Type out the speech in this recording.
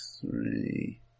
three